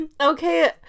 okay